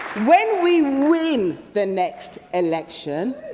when we win the next election.